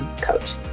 coach